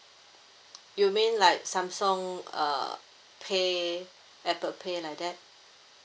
you mean like samsung uh pay apple pay like that